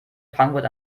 frankfurt